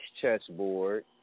chessboard